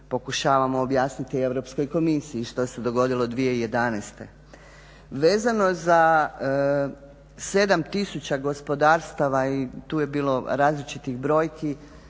pokušavamo objasniti Europskoj komisiji što se dogodilo 2011. Vezano za 7000 gospodarstava i tu je bilo različitih brojki,